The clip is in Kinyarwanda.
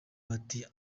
bati